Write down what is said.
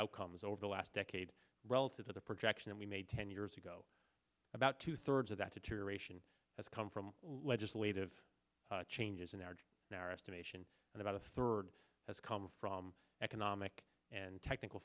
outcomes over the last decade relative to the projection we made ten years ago about two thirds of that to to ration has come from legislative changes in our nearest nation and about a third has come from economic and technical